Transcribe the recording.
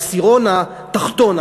העשירון התחתון,